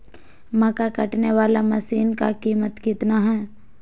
मक्का कटने बाला मसीन का कीमत कितना है?